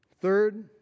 Third